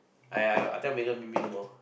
I I I tell Megan meet me at the mall